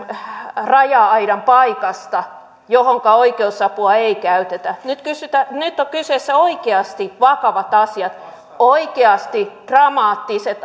raja aidan paikasta joihinka oikeusapua ei käytetä nyt ovat kyseessä oikeasti vakavat asiat oikeasti dramaattiset